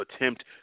attempt